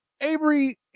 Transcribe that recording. Avery